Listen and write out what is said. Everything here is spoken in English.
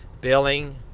billing